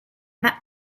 that